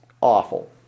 awful